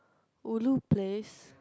ulu place